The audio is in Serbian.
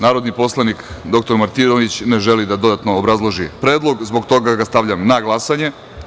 Narodni poslanik dr Martinović, ne želi da dodatno obrazloži predlog, zbog toga ga stavljam na glasanje.